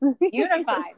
unified